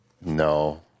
No